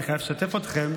אני חייב לשתף אתכם.